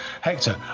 Hector